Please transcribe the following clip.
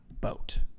boat